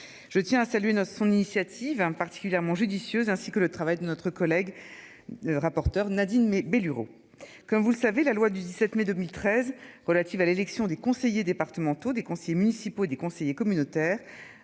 Je tiens à saluer nos son initiative hein particulièrement judicieuse ainsi que le travail de notre collègue. Rapporteur Nadine. Comme vous le savez, la loi du 17 mai 2013 relative à l'élection des conseillers départementaux des conseillers municipaux des conseillers communautaires